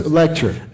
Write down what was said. lecture